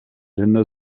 länder